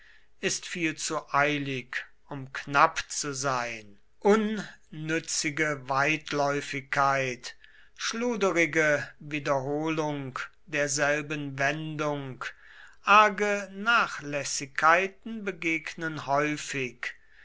ist viel zu eilig um knapp zu sein unnützige weitläufigkeit schluderige wiederholung derselben wendung arge nachlässigkeiten begegnen häufig